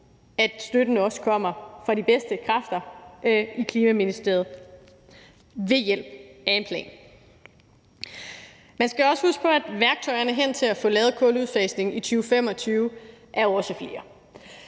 at støtten også kommer fra de bedste kræfter i Klima-, Energi- og Forsyningsministeriet i form af en plan. Man skal også huske på, at værktøjerne hen til at få lavet kuludfasningen i 2025 også er flere.